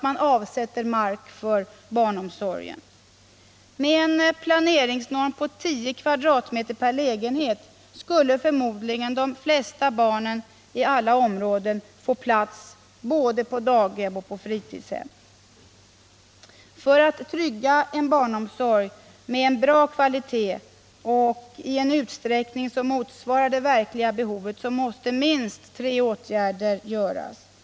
Med en planeringsnorm på 10 kvadratmeter per lägenhet skulle förmodligen de flesta barn i alla områden få plats både på daghem och på fritidshem. För att trygga en barnomsorg med en bra kvalitet och i en utsträckning som motsvarar det verkliga behovet måste minst tre åtgärder vidtas.